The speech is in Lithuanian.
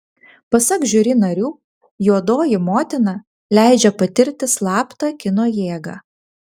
pasak žiuri narių juodoji motina leidžia patirti slaptą kino jėgą